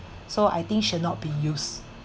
so I think should not be used